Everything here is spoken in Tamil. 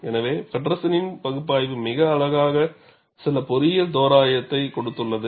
எனவே ஃபெடெர்சனின் பகுபாய்வு மிக அழகாக சில பொறியியல் தோராயத்தை கொடுத்துள்ளது